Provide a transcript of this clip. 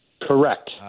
Correct